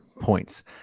points